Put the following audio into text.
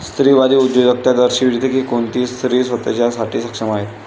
स्त्रीवादी उद्योजकता दर्शविते की कोणतीही स्त्री स्वतः साठी सक्षम आहे